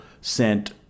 sent